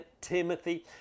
Timothy